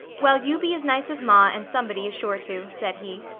well, you be as nice as ma, and somebody is sure to, said he.